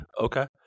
okay